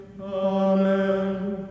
Amen